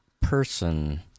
person